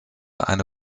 eine